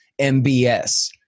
MBS